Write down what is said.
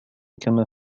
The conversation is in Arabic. كما